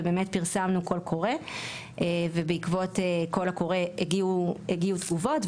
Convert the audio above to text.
ובאמת פרסמנו קול קורא ובעקבות קול הקור הגיעו תגובות,